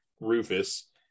Rufus